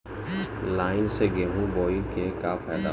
Line से गेहूं बोआई के का फायदा बा?